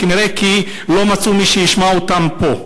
כנראה כי לא מצאו מי שישמע אותם פה.